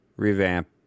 revamp